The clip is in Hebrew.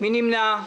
מי נמנע?